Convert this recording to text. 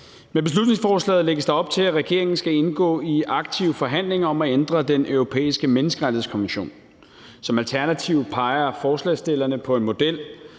Med beslutningsforslaget lægges der op til, at regeringen skal indgå i aktive forhandlinger om at ændre Den Europæiske Menneskerettighedskonvention. Som alternativ peger forslagsstillerne på en model,